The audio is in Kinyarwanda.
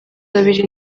babiri